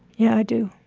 yeah, i do